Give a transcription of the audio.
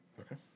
Okay